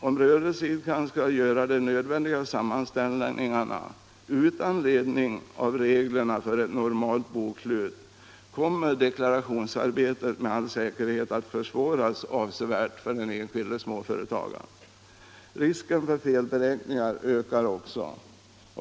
Om rörelseidkaren skall göra de nödvändiga sammanställningarna utan ledning av reglerna för ett normalt bokslut, kommer deklarationsarbetet med all säkerhet att försvåras avsevärt för den enskilde småföretagaren. Risken för felberäkningar ökar också.